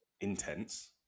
intense